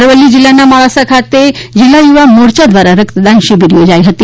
અરવલ્લી જીલ્લાના મોડાસા ખાતે જીલ્લા યુવા મોરચા ધ્વારા રકતદાન શીબિર યોજાઇ હતી